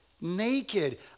naked